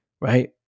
right